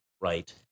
right